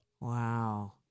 Wow